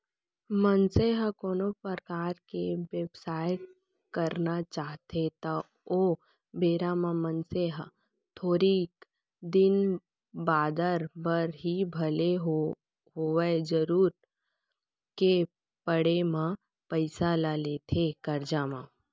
मनसे ह कोनो परकार के बेवसाय करना चाहथे त ओ बेरा म मनसे ह थोरिक दिन बादर बर ही भले होवय जरुरत के पड़े म पइसा ल लेथे करजा म